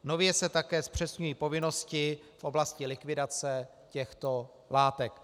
Nově se také zpřesňují povinnosti v oblasti likvidace těchto látek.